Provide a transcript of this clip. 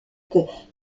que